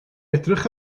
edrych